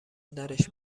درش